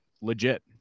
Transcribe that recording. legit